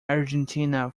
argentina